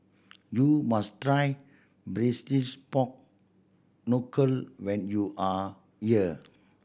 you must try braise pork knuckle when you are here